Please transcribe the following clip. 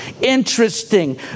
interesting